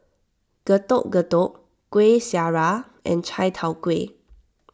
Getuk Getuk Kueh Syara and Chai Tow Kuay